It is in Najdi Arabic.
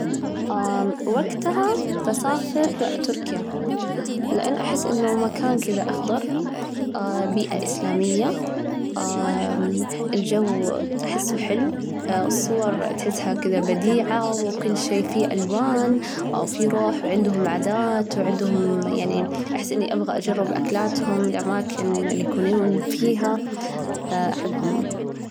وجتها بسافر تركيا، لأن أحس إنه مكان كدا أخضر، بيئة إسلامية، مم، الجو أحسه حلو، الصور تحسها كذا بديعة وكل شي فيه ألوان، في روح، عندهم عادات ،وعندهم يعني أحس إني أبغى أجرب أكلاتهم ،الأماكن اللي يكونون فيها، أحبهم.